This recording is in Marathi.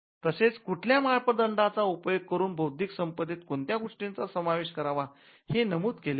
तसेच कुठल्या माप दंडाचा उपयोग करून बौद्धिक संपदेत कोणत्या गोष्टींचा समावेश करावा हे नमूद केलेले नाही